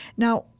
now,